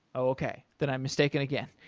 okay. then i'm mistaken again.